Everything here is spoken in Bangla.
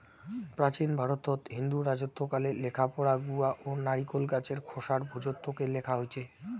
প্রাচীন ভারতত হিন্দু রাজত্বকালে লেখাপড়া গুয়া ও নারিকোল গছের খোসার ভূর্জত্বকে লেখা হইচে